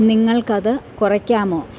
നിങ്ങൾക്ക് അത് കുറയ്ക്കാമോ